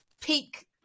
peak